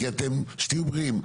שתהיו בריאים,